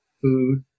food